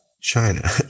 China